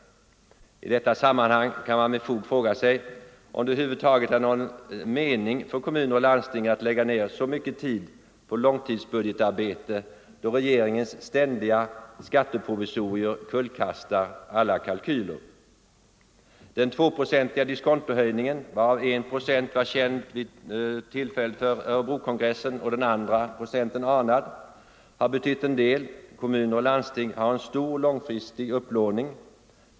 I detta sammanhang kan man med fog fråga sig om det över huvud taget är någon mening för kommuner och landsting att lägga ner så mycket tid på långtidsbudgetarbete, då regeringens ständiga skatteprovisorier kullkastar alla kalkyler. Den tvåprocentiga diskontohöjningen, varav en procent var känd vid Örebrokongressen och den andra anad, har betytt en del. Kommuner och landsting har en stor långfristig upplåning.